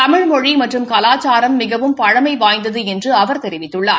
தமிழ் மொழி மற்றும் கலாச்சாரம் மிகவும் பழமை வாய்ந்தது என்று அவர் தொவித்துள்ளார்